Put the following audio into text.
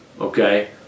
Okay